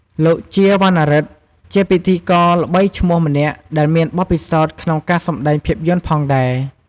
លោក ជា វណ្ណារិទ្ធ ជាពិធីករល្បីឈ្មោះម្នាក់ដែលមានបទពិសោធន៍ក្នុងការសម្តែងភាពយន្តផងដែរ។